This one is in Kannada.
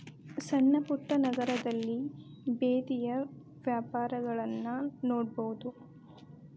ಸಣ್ಣಪುಟ್ಟ ನಗರದಲ್ಲಿ ಬೇದಿಯ ವ್ಯಾಪಾರಗಳನ್ನಾ ನೋಡಬಹುದು